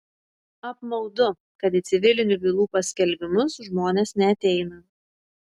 apmaudu kad į civilinių bylų paskelbimus žmonės neateina